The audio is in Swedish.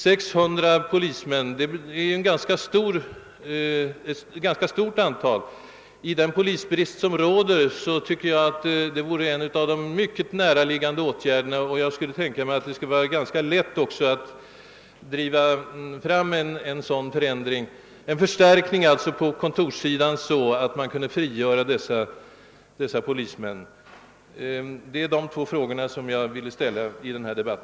600 polismän är ju ett ganska stort antal. Med tanke på den polisbrist som råder tycker jag att det vore mycket angeläget att lösgöra dessa polismän från vanligt kontorsarbete. Jag tror också att det skulle vara ganska lätt att driva fram en sådan förändring på kontorssidan och därmed få ut ett stort antal polismän i egentlig polistjänst. Detta är alltså de två frågor jag vill ställa i denna debatt.